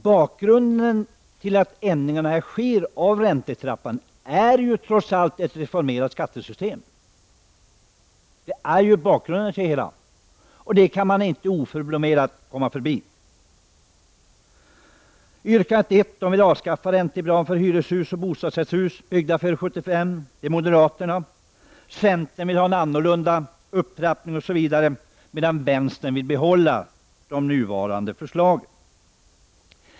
Bakgrunden till att ändringar sker i räntetrappan är trots allt ett reformerat skattesystem. Det kan man inte komma ifrån. Moderaterna vill avskaffa räntebidraget för hyreshus och bostadsrättshus byggda före 1975. Centern vill ha en annan upptrappning. Vänstern vill behålla de nuvarande förslagen.